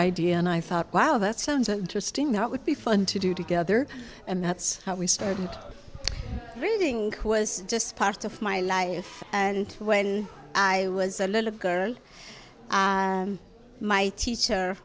idea and i thought wow that sounds interesting that would be fun to do together and that's how we started reading was just part of my life and when i was a little girl my teacher